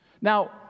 Now